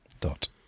dot